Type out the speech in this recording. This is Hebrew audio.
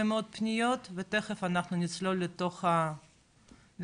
מאוד פניות ותיכף אנחנו נצלול לתוך הנושא.